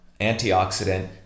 antioxidant